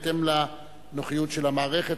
בהתאם לנוחיות של המערכת.